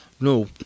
no